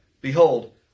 Behold